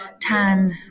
tan